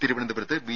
തിരുവനന്തപുരത്ത് ബി